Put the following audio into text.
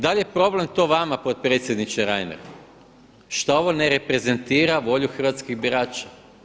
Da li je problem to vama potpredsjedniče Reiner šta ovo ne reprezentira volju hrvatskih birača?